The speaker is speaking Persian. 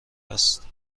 هست